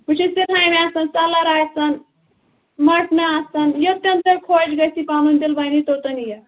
بہٕ چھَس ژِرہامہِ آسان سَلر آسان مَٹنہٕ آسان یوٚتَن تۄہہِ خۄش گژھِ یہِ پَنُن دِل وۄنی توٚتَن یہِ